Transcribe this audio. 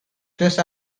place